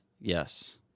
Yes